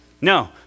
No